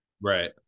Right